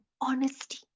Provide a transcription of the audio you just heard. honesty